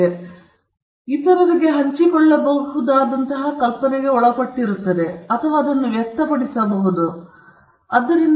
ಮತ್ತು ಬೌದ್ಧಿಕ ಆಸ್ತಿಯನ್ನು ಇತರರಿಗೆ ಹಂಚಿಕೊಳ್ಳಬಹುದಾದಂತಹ ಕಲ್ಪನೆಗೆ ಒಳಪಟ್ಟಿರುತ್ತದೆ ಅಥವಾ ಅದನ್ನು ವ್ಯಕ್ತಪಡಿಸಬಹುದು ಅಥವಾ ಅದನ್ನು ನೀವು ಔಟ್ ಮಾಡುವ ಅಪ್ಲಿಕೇಶನ್ ಮಾಡಬಹುದು